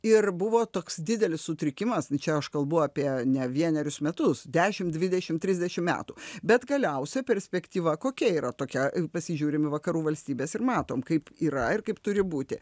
ir buvo toks didelis sutrikimas čia aš kalbu apie ne vienerius metus dešim dvidešim trisdešim metų bet galiausia perspektyva kokia yra tokia pasižiūrim į vakarų valstybes ir matom kaip yra ir kaip turi būti